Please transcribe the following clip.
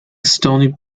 stony